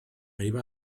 iba